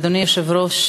אדוני היושב-ראש,